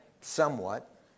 somewhat